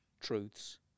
truths